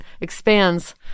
expands